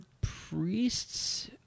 priests